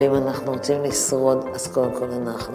אם אנחנו רוצים לשרוד, אז קודם כל אנחנו